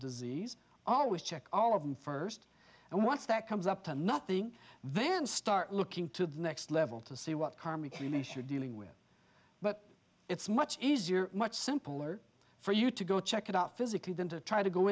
disease always check all of them first and once that comes up to nothing then start looking to the next level to see what karmic really should dealing with but it's much easier much simpler for you to go check it out physically than to try to go